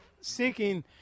seeking